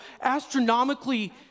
astronomically